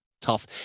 tough